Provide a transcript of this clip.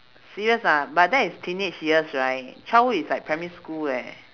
serious ah but that is teenage years right childhood is like primary school eh